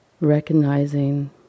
Recognizing